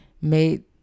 made